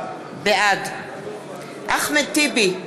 בעד אחמד טיבי,